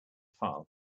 file